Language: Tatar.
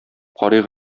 карыйк